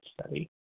Study